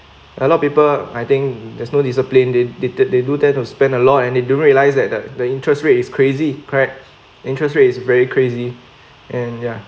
a lot of people I think there's no discipline didn't they do tend to spend a lot and they don't realize that the the interest rate is crazy correct interest rate is very crazy and ya